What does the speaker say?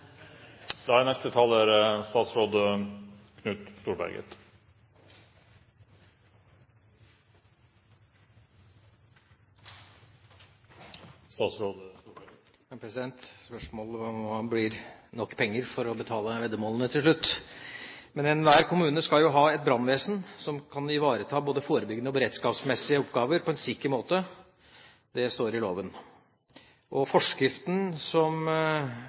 er om det blir nok penger til å betale veddemålene til slutt. Enhver kommune skal ha et brannvesen som kan ivareta både forebyggende og beredskapsmessige oppgaver på en sikker måte, det står i loven. Forskriften av 26. juni 2002 nr. 729, om organisering og